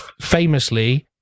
Famously